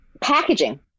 Packaging